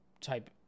type